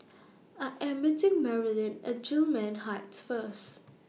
I Am meeting Marilyn At Gillman Heights First